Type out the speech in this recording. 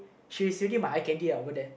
she is already my eye candy lah over there